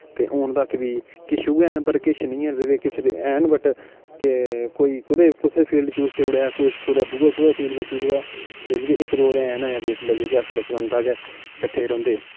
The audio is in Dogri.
ते हून तक बी किश उ'ऐ न पर किश नेईं हैन रेह्दे किश ते हैन बट कोई कुतै कुसै फील्ड चूज़ करी ओड़े आ कुछ कुदै दुए फील्ड बिच्च उठी दा ते इक दो ते हैन अजें अस बचपन दा गै कठ्ठे रौंह्दे